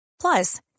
Plus